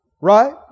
Right